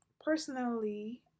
personally